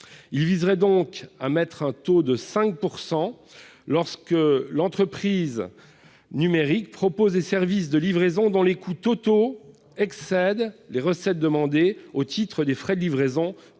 Il vise à instaurer un taux de 5 % lorsque l'entreprise numérique propose des services de livraison dont les coûts totaux excèdent les recettes demandées au titre des frais de livraison